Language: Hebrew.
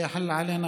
שיחול מחר.